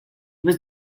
was